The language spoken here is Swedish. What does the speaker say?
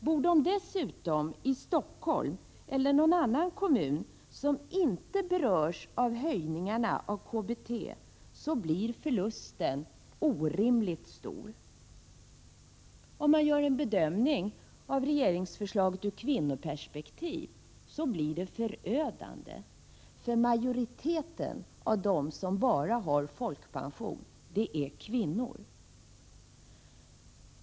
Bor de dessutom i Stockholm, eller i någon annan kommun som inte berörs av höjningarna av KBT, blir förlusten orimligt stor. Om man gör en bedömning av regeringsförslaget ur kvinnoperspektiv blir det förödande, eftersom majoriteten av dem som bara har folkpension är kvinnor.